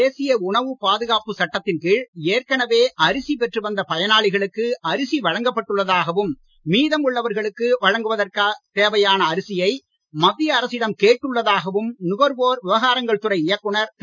தேசிய உணவுப் பாதுகாப்பு சட்டத்தின் கீழ் ஏற்கனவே அரிசி பெற்றுவந்த பயனாளிகளுக்கு அரிசி வழங்கப் பட்டுள்ளதாகவும் மீதம் உள்ளவர்களுக்கு வழங்குவதற்குத் தேவையான அரிசியை மத்திய அரசிடம் கேட்டுள்ளதாகவும் நுகர்வோர் விவகாரங்கள் துறை இயக்குனர் திரு